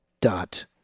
dot